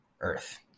Earth